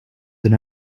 than